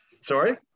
Sorry